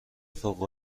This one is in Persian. فوق